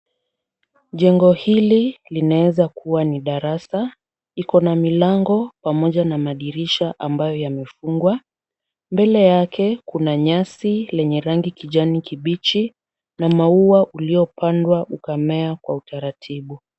Jengo hili linaweza kuwa ni darasa, iko na milango pamoja na madirisha ambayo yamefungwa, mbele yake kuna nyasi lenye rangi kijani kibichi na maua uliyopandwa ukamea kwa utaratibu.